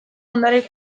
ondare